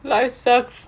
life sucks